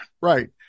right